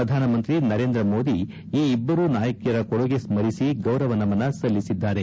ಪ್ರಧಾನಿ ನರೇಂದ್ರ ಮೋದಿ ಈ ಇಬ್ಬರೂ ನಾಯಕಿಯರ ಕೊಡುಗೆ ಸ್ಪರಿಸಿ ಗೌರವ ನಮನ ಸಲ್ಲಿಸಿದ್ದಾರೆ